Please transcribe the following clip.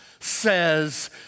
says